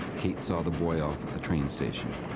kate saw the boy off at the train station.